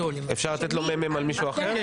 אפשר לתת לו מ"מ על מישהו אחר?